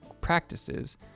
practices